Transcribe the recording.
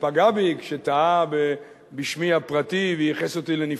שפגע בי כשטעה בשמי הפרטי וייחס אותי לנפטר.